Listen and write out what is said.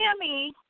Tammy